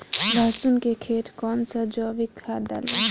लहसुन के खेत कौन सा जैविक खाद डाली?